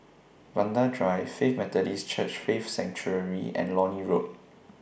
Vanda Drive Faith Methodist Church Faith Sanctuary and Lornie Road